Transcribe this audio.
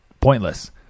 pointless